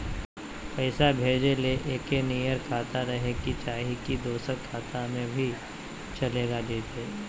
पैसा भेजे ले एके नियर खाता रहे के चाही की दोसर खाता में भी चलेगा जयते?